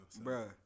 bro